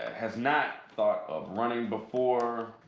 has not thought of running before.